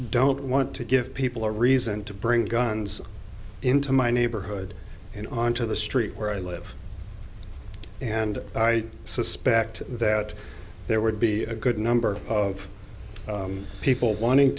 don't want to give people a reason to bring guns into my neighborhood and onto the street where i live and i suspect that there would be a good number of people wanting